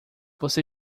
você